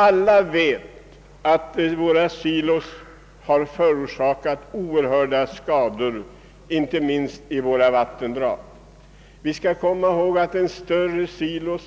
Alla vet att våra silos har förorsakat oerhörda skador, inte minst i våra vattendrag; en stor silo